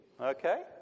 Okay